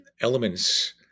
elements